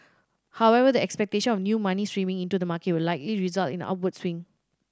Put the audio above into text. however the expectation of new money streaming into the market will likely result in an upward swing